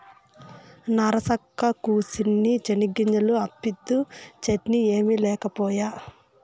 నరసక్కా, కూసిన్ని చెనిగ్గింజలు అప్పిద్దూ, చట్నీ ఏమి లేకపాయే